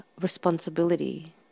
responsibility